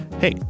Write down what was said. Hey